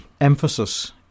emphasis